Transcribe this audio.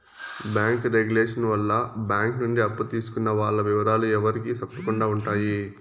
bank regulation వల్ల bank నుండి అప్పు తీసుకున్న వాల్ల ఇవరాలు ఎవరికి సెప్పకుండా ఉంటాయి